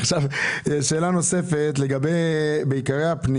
בסוף גם הגופים רוצים להתעצם ואנחנו